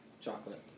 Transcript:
chocolate